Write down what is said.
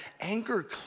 anger